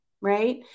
right